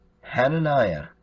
Hananiah